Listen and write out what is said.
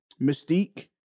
Mystique